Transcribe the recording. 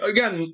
Again